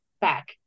back